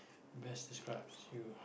best describes you